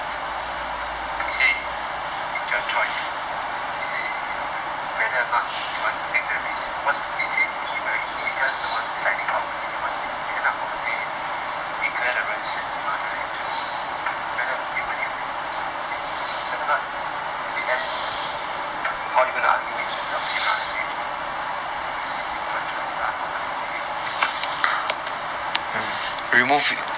he say it's your choice he say you know whether or not you want to take the risk cause he say to him right he just the one signing off only because end up of the day declare 的人是你 mah 对不对 so whether or not in the end how you gonna argue it is up to you lah he say so it's your choice lah ultimately whether you want to remove lah